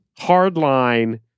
hardline